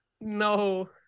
No